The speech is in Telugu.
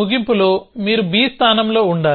ముగింపులో మీరు b స్థానంలో ఉండాలి